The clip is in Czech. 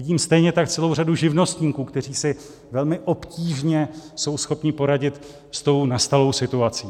Vidím stejně tak celou řadu živnostníků, kteří si velmi obtížně jsou schopni poradit s tou nastalou situací.